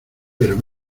pero